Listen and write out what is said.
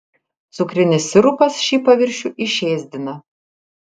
cukrinis sirupas šį paviršių išėsdina